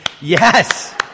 Yes